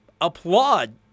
applaud